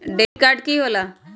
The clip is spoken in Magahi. डेबिट काड की होला?